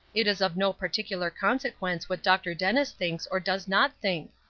it is of no particular consequence what dr. dennis thinks or does not think.